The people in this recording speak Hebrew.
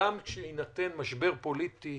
גם בהינתן משבר פוליטי,